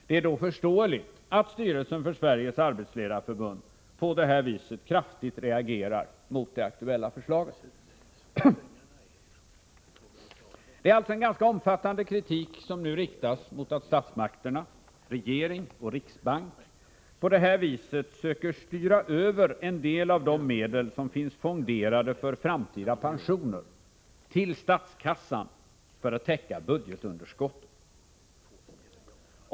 Det är då förståeligt att styrelsen för Sveriges arbetsledareförbund på det här viset kraftigt reagerar mot det aktuella förslaget. Det är alltså en ganska omfattande kritik som nu riktas mot att statsmakterna, regering och riksbank, på det här viset söker styra över en del av de medel som finns fonderade för framtida pensioner till statskassan, för att täcka budgetunderskottet.